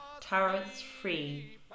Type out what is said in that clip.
tariffs-free